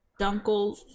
Dunkel